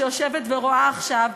שיושבת ורואה עכשיו,